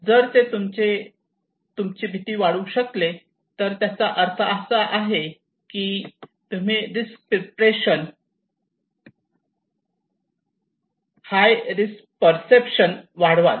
जर ते तुमची भीती वाढवू शकले तर त्याचा अर्थ असा आहे की तुम्ही risk preparation high risk perception वाढवाल